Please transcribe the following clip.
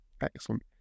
excellent